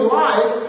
life